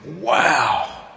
wow